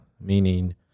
meaning